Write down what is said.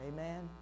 Amen